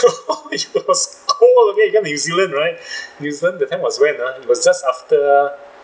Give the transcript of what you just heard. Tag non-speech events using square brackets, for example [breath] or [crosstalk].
[laughs] it was cold okay cause new zealand right [breath] new zealand that time was when uh it was just after